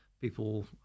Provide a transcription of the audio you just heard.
people